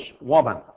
woman